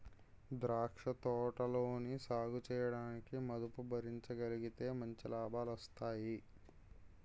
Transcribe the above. ద్రాక్ష తోటలని సాగుచేయడానికి మదుపు భరించగలిగితే మంచి లాభాలొస్తాయి